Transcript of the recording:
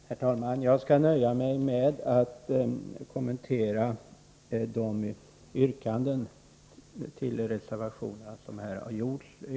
Herr talman! Jag skall nöja mig med att kommentera de reservationer som det har yrkats bifall till.